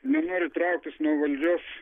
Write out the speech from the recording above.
nenori trauktis nuo valdžios